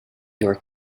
your